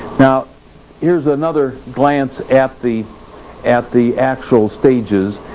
here's another glance at the at the actual stages,